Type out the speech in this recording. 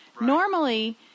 Normally